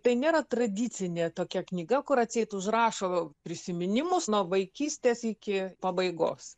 tai nėra tradicinė tokia knyga kur atseit užrašo prisiminimus nuo vaikystės iki pabaigos